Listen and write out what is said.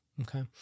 okay